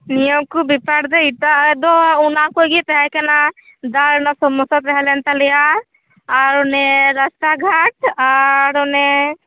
ᱱᱤᱭᱟᱹᱠᱚ ᱵᱮᱯᱟᱨᱫᱚ ᱱᱤᱛᱚᱜ ᱫᱚ ᱚᱱᱟᱠᱚᱜᱮ ᱛᱟᱦᱮᱠᱟᱱᱟ ᱫᱟᱜ ᱨᱮᱱᱟᱜ ᱥᱚᱢᱚᱥᱥᱟ ᱛᱟᱦᱮᱞᱮᱱ ᱛᱟᱞᱮᱭᱟ ᱟᱨ ᱚᱱᱮ ᱨᱟᱥᱛᱟ ᱜᱷᱟᱴ ᱟᱨ ᱚᱱᱮ